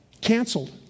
canceled